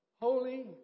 holy